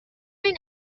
این